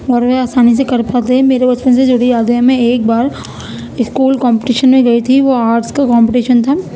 اور وہ آسانی سے کر پاتے ہیں میرے بچپن سے جو بھی یاد ہے میں ایک بار اسکول کمپٹیشن میں گئی تھی وہ آرٹس کے کمپٹیشن تھا